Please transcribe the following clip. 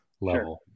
level